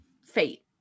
fate